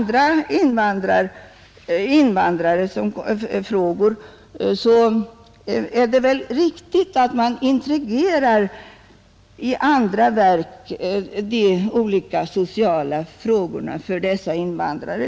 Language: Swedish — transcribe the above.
Det är väl riktigt att sociala frågor som rör invandrarna handläggs inom olika verk.